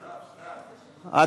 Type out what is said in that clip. בעד.